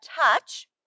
touch